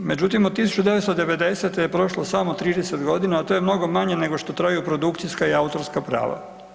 Međutim, od 1990. je prošlo samo 30 godina, a to je mnogo manje nego što traju produkcijska i autorska prava.